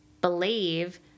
believe